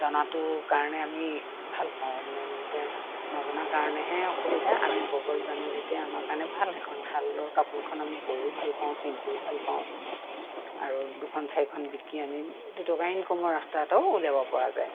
জনাটো কাৰণে আমি ভাল পাওঁ এতিয়া নজনাৰ কাৰণেহে অসুবিধা আমি ববলৈ জানো যেতিয়া আমাৰ কাৰণে ভাল সেইখন শালৰ কাপোৰখন আমি বৈও ভাল পাওঁ পিন্ধিও ভাল পাওঁ আৰু দুখন চাৰিখন বিকি আমি দুটকা ইনকামৰ ৰাস্তা এটাও ওলিয়াব পৰা যায়